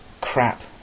crap